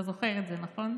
אתה זוכר את זה, נכון?